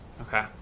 Okay